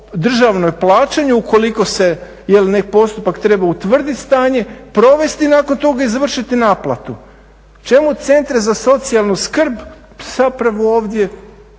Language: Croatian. državnom plaćanju ukoliko se postupak treba utvrdit stanje, provesti nakon toga i završiti naplatu. Čemu centri za socijalnu skrb zapravo ovdje,